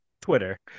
Twitter